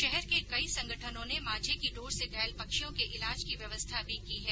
शहर के कई संगठनों ने मांझे की डोर से घायल पक्षियों के इलाज की व्यवस्था भी की है